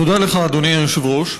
תודה לך, אדוני היושב-ראש.